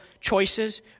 choices